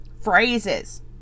phrases